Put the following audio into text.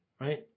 Right